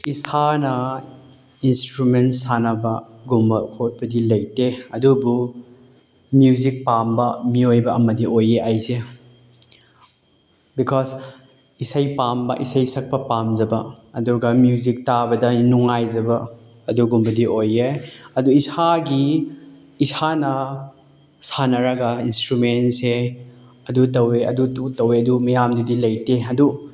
ꯏꯁꯥꯅ ꯏꯟꯁꯇ꯭ꯔꯨꯃꯦꯟ ꯁꯥꯟꯅꯕꯒꯨꯝꯕ ꯈꯣꯠꯄꯗꯤ ꯂꯩꯇꯦ ꯑꯗꯨꯕꯨ ꯃ꯭ꯌꯨꯖꯤꯛ ꯄꯥꯝꯕ ꯃꯤꯑꯣꯏꯕ ꯑꯃꯗꯤ ꯑꯣꯏꯌꯦ ꯑꯩꯁꯦ ꯕꯤꯀꯣꯁ ꯏꯁꯩ ꯄꯥꯝꯕ ꯏꯁꯩ ꯁꯛꯄ ꯄꯥꯝꯖꯕ ꯑꯗꯨꯒ ꯃ꯭ꯌꯨꯖꯤꯛ ꯇꯥꯕꯗ ꯑꯩꯅ ꯅꯨꯡꯉꯥꯏꯖꯕ ꯑꯗꯨꯒꯨꯝꯕꯗꯤ ꯑꯣꯏꯌꯦ ꯑꯗꯨ ꯏꯁꯥꯒꯤ ꯏꯁꯥꯅ ꯁꯥꯟꯅꯔꯒ ꯏꯟꯁꯇ꯭ꯔꯨꯃꯦꯟꯁꯦ ꯑꯗꯨ ꯇꯧꯋꯦ ꯑꯗꯨꯇꯨ ꯇꯧꯋꯦ ꯑꯗꯨ ꯃꯌꯥꯝꯗꯨꯗꯤ ꯂꯩꯇꯦ ꯑꯗꯨ